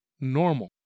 normal